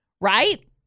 Right